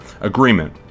agreement